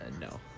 No